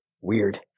Weird